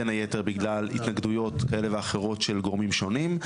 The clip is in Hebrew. בין היתר בגלל התנגדויות כאלה ואחרות של גורמים שונים,